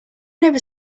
never